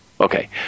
Okay